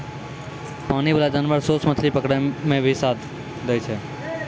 पानी बाला जानवर सोस मछली पकड़ै मे भी साथ दै छै